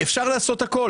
אפשר לעשות הכול.